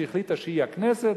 שהחליטה שהיא הכנסת,